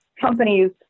companies